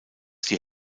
die